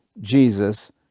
Jesus